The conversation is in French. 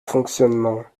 fonctionnement